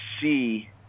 see